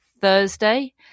Thursday